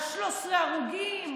על 13 הרוגים.